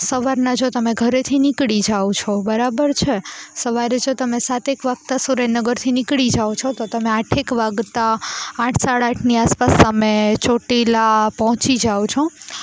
સવારના જો તમે ઘરેથી નીકળી જાઓ છો બરાબર છે સવારે જો તમે સાતેક વાગતા સુરેન્દ્રનગરથી નીકળી જાઓ છો તો તમે આઠેક વાગતાં આઠ સાડા આઠની આસપાસ તમે ચોટીલા પહોંચી જાઓ છો